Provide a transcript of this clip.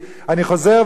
אני חוזר ואומר,